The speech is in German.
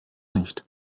nicht